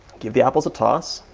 give the apples a toss.